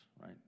right